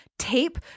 tape